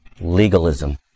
legalism